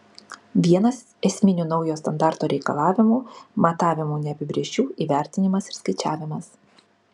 vienas esminių naujo standarto reikalavimų matavimų neapibrėžčių įvertinimas ir skaičiavimas